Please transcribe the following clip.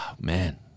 Man